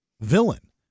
villain